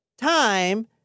time